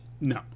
No